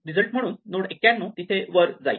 result म्हणून node 91 तिथे वर जाईल